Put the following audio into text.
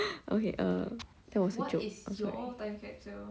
okay err that was a joke okay